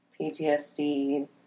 PTSD